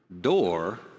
door